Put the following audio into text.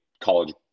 college